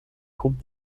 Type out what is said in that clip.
groupe